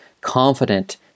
confident